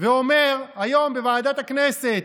ואומר היום בוועדת הכנסת: